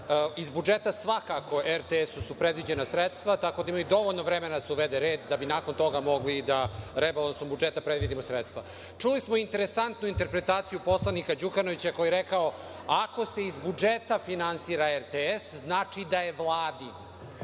Iz budžeta su svakako RTS predviđena sredstva, tako da imaju dovoljno vremena da se uvede red, da bi nakon toga mogli da rebalansom budžeta predvidimo sredstva. Čuli smo interesantnu interpretaciju poslanika Đukanovića koji je rekao – ako se iz budžeta finansira RTS znači da je Vladin.